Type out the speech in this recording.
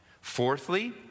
fourthly